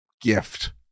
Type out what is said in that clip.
gift